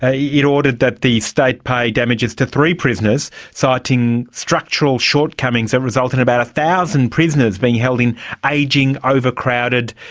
ah you know ordered that the state pay damages to three prisoners, citing structural shortcomings that resulted in about one thousand prisoners being held in ageing, ah over-crowded,